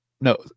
No